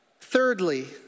Thirdly